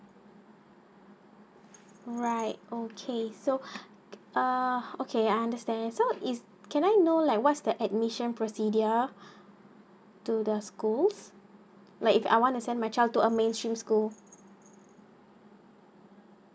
right okay so uh okay I understand so is can I know like what's the admission procedure to the schools but if I want to send my child to a mainstream school